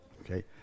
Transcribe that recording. Okay